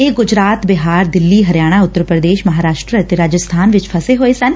ਇਹ ਗੁਜਰਾਡ ਬਿਹਾਰ ਦਿੱਲੀ ਹਰਿਆਣਾ ਉਤਰ ਪ੍ਰਦੇਸ਼ ਮਹਾਰਾਸ਼ਟਰ ਅਤੇ ਰਾਜਸਬਾਨ ਚ ਫਸੇ ਹੋਏ ਸਨ